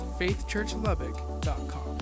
faithchurchlubbock.com